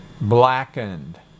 blackened